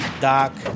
Doc